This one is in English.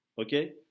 Okay